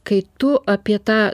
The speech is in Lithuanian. kai tu apie tą